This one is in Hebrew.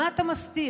מה אתה מסתיר?